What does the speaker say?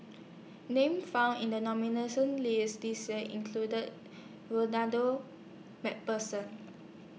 Names found in The list This Year included Ronald MacPherson